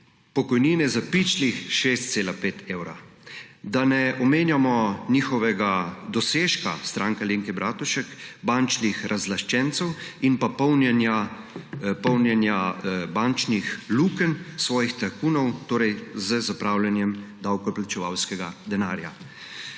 pokojnine za pičlih 6,5 evra. Da ne omenjamo njihovega dosežka, Stranke Alenke Bratušek, bančnih razlaščencev in pa polnjenja bančnih lukenj svojih tajkunov z zapravljanjem davkoplačevalskega denarja.